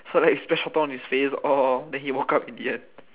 so like splash water on his face all then he woke up in the end